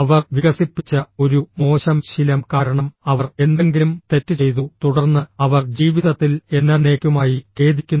അവർ വികസിപ്പിച്ച ഒരു മോശം ശീലം കാരണം അവർ എന്തെങ്കിലും തെറ്റ് ചെയ്തു തുടർന്ന് അവർ ജീവിതത്തിൽ എന്നെന്നേക്കുമായി ഖേദിക്കുന്നു